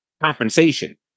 compensation